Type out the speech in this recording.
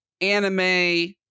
anime